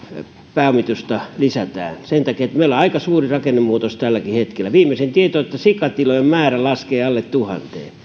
pääomitusta lisätään sen takia että meillä on aika suuri rakennemuutos tälläkin hetkellä viimeisin tieto on että sikatilojen määrä laskee alle tuhanteen